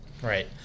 Right